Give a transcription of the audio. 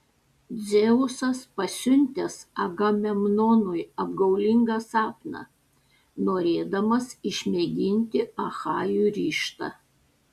dzeusas pasiuntęs agamemnonui apgaulingą sapną norėdamas išmėginti achajų ryžtą